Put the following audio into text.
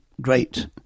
great